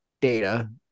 data